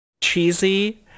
cheesy